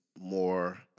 more